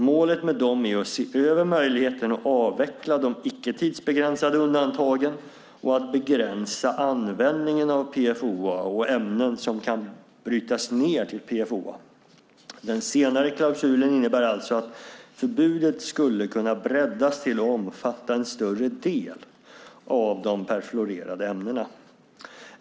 Målet med dem är att se över möjligheten att avveckla de icke tidsbegränsade undantagen och att begränsa användningen av PFOA och ämnen som kan brytas ned till PFOA. Den senare klausulen innebär alltså att förbudet skulle kunna breddas till att omfatta en större del av de perfluorerade ämnena.